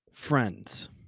Friends